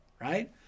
right